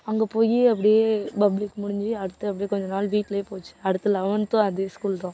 அங்கே போய் அப்படியே பப்ளிக் முடிஞ்சு அடுத்து அப்படியே கொஞ்ச நாள் வீட்டுலேயே போச்சு அடுத்து லெவன்த்தும் அதே ஸ்கூல் தான்